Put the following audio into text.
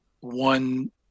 one